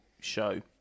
show